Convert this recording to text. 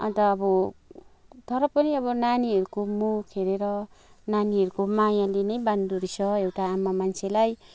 अन्त अब तर पनि अब नानीहरूको मुख हेरेर नानीहरूको मायाले नै बाँध्दो रहेछ एउटा आमा मान्छेलाई